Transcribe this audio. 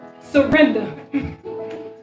Surrender